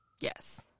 Yes